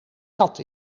kat